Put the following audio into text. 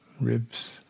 ribs